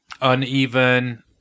uneven